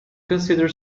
consider